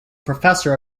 professor